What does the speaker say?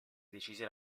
decise